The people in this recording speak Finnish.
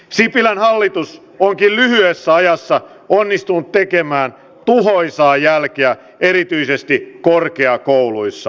sipilän hallitus onkin lyhyessä ajassa onnistunut tekemään tuhoisaa jälkeä erityisesti korkeakouluissa